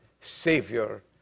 Savior